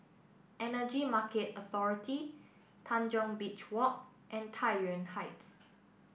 Energy Market Authority Tanjong Beach Walk and Tai Yuan Heights